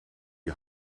die